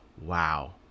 wow